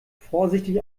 vorsichtig